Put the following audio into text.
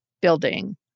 building